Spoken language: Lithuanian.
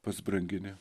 pats brangini